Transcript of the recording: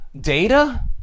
data